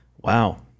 Wow